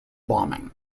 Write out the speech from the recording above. bombing